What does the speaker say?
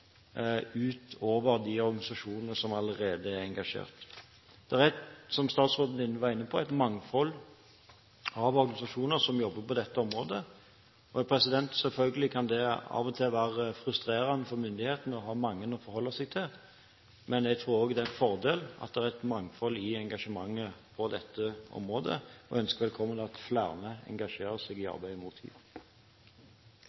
utover de organisasjoner som allerede er engasjert. Det er – som statsråden var inne på – et mangfold av organisasjoner som jobber på dette området. Selvfølgelig kan det av og til være frustrerende for myndighetene å ha mange å forholde seg til, men jeg tror det er en fordel at det er et mangfold i engasjementet på dette området. Jeg ønsker velkommen at flere engasjerer seg i